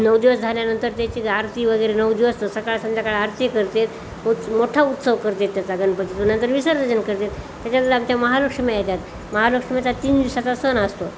नऊ दिवस झाल्यानंतर त्याची आरती वगैरे नऊ दिवस तो सकाळ संध्याकाळ आरती करतात उत् मोठा उत्सव करतात त्याचा गणपतीचा नंतर विसर्जन करतात त्याच्यात आमच्या महालक्ष्मी येतात महालक्ष्मीचा तीन दिवसाचा सण असतो